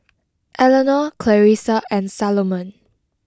Elenore Clarisa and Salomon